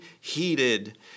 heated